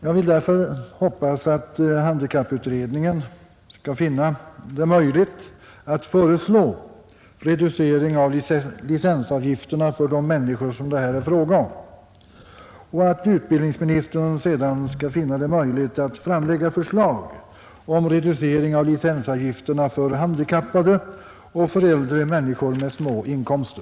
Jag hoppas därför att handikapputredningen skall finna det möjligt att föreslå en sådan reducering av licensavgifterna för de människor som det här gäller och att utbildningsministern sedan kan framlägga förslag om en sådan reducering för handikappade och för äldre människor med små inkomster.